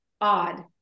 odd